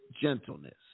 gentleness